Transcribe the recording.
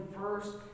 first